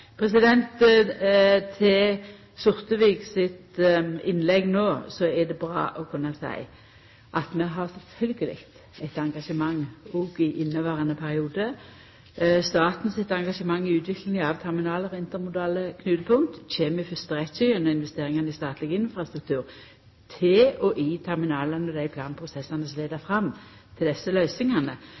Til Sortevik sitt innlegg no er det bra å kunna seia at vi sjølvsagt har eit engasjement òg i inneverande periode. Staten sitt engasjement i utviklinga av terminalar og intermodale knutepunkt kjem i fyrste rekkje gjennom investeringane i statleg infrastruktur til og i terminalane under dei planprosessane som fører fram til desse løysingane.